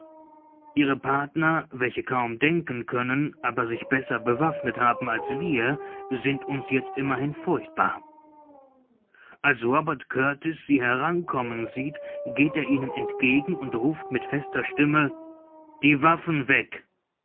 ihre partner welche kaum denken können aber sich besser bewaffnet haben als wir sind uns jetzt immerhin furchtbar als robert kurtis sie heran kommen sieht geht er ihnen entgegen und ruft mit fester stimme die waffen weg